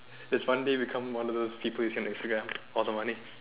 yes one day you become one of those people you see on Instagram all the money